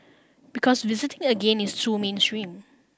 because visiting again is too mainstream